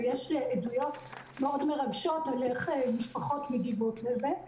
ויש עדויות מאוד מרגשות על איך משפחות מגיבות לזה,